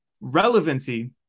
relevancy